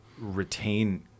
retain